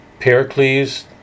Pericles